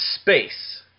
space